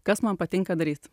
kas man patinka daryt